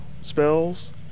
spells